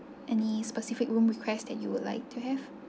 any specific room request that you would like to have